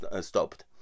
stopped